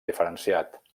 diferenciat